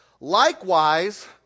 Likewise